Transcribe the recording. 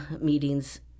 meetings